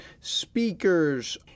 speakers